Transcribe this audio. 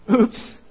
Oops